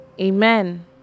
amen